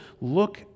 look